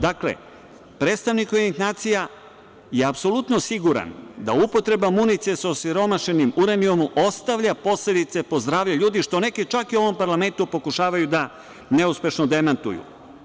Dakle, predstavnik UN je apsolutno siguran da upotreba municije sa osiromašenim uranijumom ostavlja posledice po zdravlje ljudi, što neki čak i u ovom parlamentu pokušavaju da neuspešno demantuju.